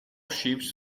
ships